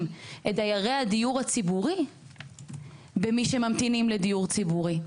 את דיירי הדיור הציבורי במי שממתינים לדיור ציבורי.